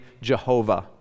Jehovah